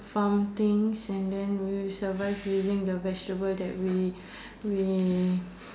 farm things and then we survive using the vegetable that we we